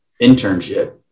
internship